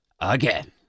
again